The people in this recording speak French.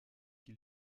qui